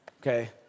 okay